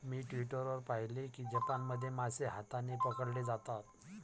मी Twitter वर पाहिले की जपानमध्ये मासे हाताने पकडले जातात